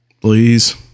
Please